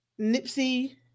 Nipsey